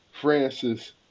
francis